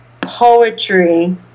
poetry